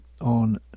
on